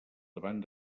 davant